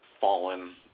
Fallen